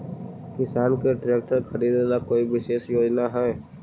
किसान के ट्रैक्टर खरीदे ला कोई विशेष योजना हई?